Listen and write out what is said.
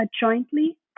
jointly